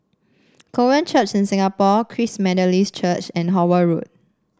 Korean Church in Singapore Christ Methodist Church and Howard Road